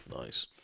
nice